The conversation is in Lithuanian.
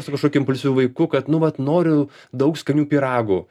su kažkokiu impulsyviu vaiku kad nu vat noriu daug skanių pyragų